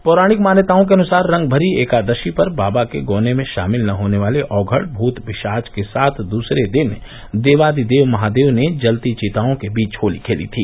पौराणिक मान्यताओं के अनुसार रंगभरी एकादशी पर बाबा के गौने में शामिल न होने वाले औघड़ भूत पिशाच के साथ दूसरे दिन देवाधिदेव महादेव ने जलती चिताओं के बीच होली खेली थी